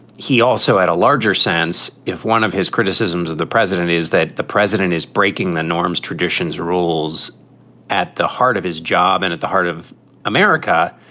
he also had a larger sense if one of his criticisms of the president is that the president is breaking the norms, traditions, rules at the heart of his job and at the heart of america,